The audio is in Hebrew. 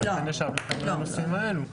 ולכן ישבנו איתם על הנושאים האלו.